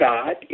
God